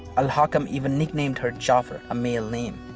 al-hakam even nicknamed her ja'far, a male name.